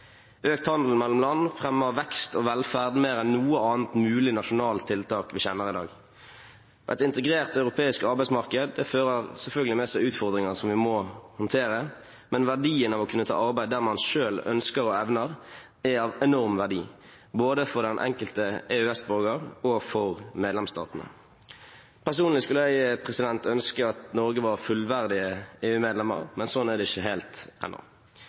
Økt handel mellom land fremmer vekst og velferd mer enn noe annet mulig nasjonalt tiltak vi kjenner i dag. Et integrert europeisk arbeidsmarked fører selvfølgelig med seg utfordringer vi må håndtere, men verdien av å kunne ta arbeid der man selv ønsker og evner det, er av enorm verdi – både for den enkelte EØS-borger og for medlemsstatene. Personlig skulle jeg ønske at Norge var fullverdig EU-medlem, men sånn er det ikke helt ennå.